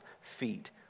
feet